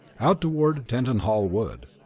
out toward tettenhall wood.